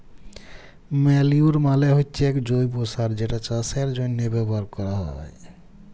ম্যালইউর মালে হচ্যে এক জৈব্য সার যেটা চাষের জন্হে ব্যবহার ক্যরা হ্যয়